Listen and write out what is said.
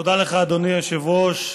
תודה לך, אדוני היושב-ראש.